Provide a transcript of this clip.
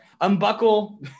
Unbuckle-